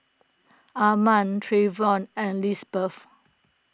Armand Trevion and Lisbeth